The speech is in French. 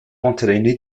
entraîné